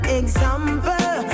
example